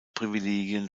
privilegien